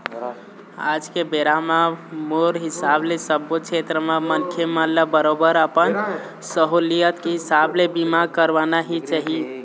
आज के बेरा म मोर हिसाब ले सब्बो छेत्र म मनखे मन ल बरोबर अपन सहूलियत के हिसाब ले बीमा करवाना ही चाही